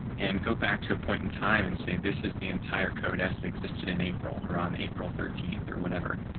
and go back to a point in time and say this is the entire code as it existed in april, or on april thirteen or whatever.